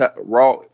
raw